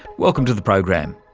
welcome to the program.